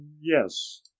Yes